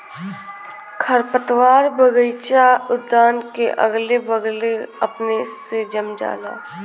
खरपतवार बगइचा उद्यान के अगले बगले अपने से जम जाला